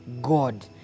God